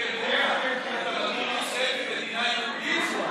אתה מכיר בישראל כמדינה יהודית,